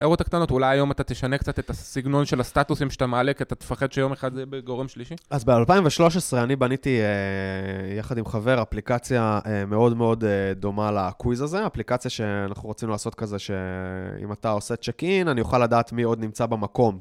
הערות הקטנות, אולי היום אתה תשנה קצת את הסגנון של הסטטוסים שאתה מעלה, כי אתה תפחד שיום אחד זה יהיה בגורם שלישי? אז ב-2013 אני בניתי אהה.. יחד עם חבר, אפליקציה אה.. מאוד מאוד דומה לקוויז הזה, אפליקציה שאנחנו רוצים לעשות כזה ש.. אם אתה עושה צ'קין, אני אוכל לדעת מי עוד נמצא במקום.